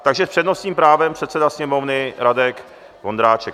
Takže s přednostním právem předseda Sněmovny Radek Vondráček.